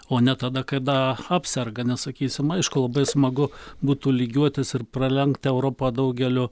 o ne tada kada apserga nes sakysim aišku labai smagu būtų lygiuotis ir pralenkt europą daugeliu